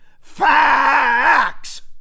Facts